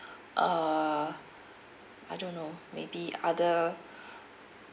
err I don't know maybe other